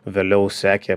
vėliau sekė